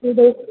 two days